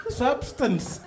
substance